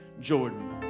Jordan